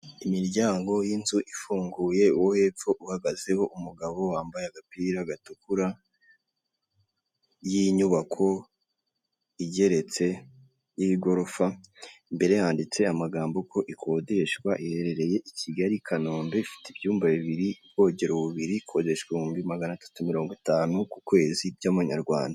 Imiryango y'inzu ifunguye, uwo hepfo uhagazeho umugabo wambaye agapira gatukura, y'inyubako igeretse y'igorofa, imbere yaho handitse amagambo ko ikodeshwa. Iherereye i Kigali, Kanombe, ifite ibyumba bibiri, ubwogero bubiri, ikodeshwa ibihumbi magana atatu mirongo itanu ku kwezi, by'amanyarwanda.